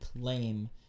claim